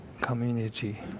community